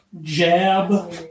jab